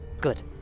Good